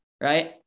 right